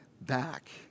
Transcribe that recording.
back